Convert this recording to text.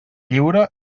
lliure